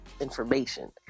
information